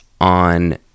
on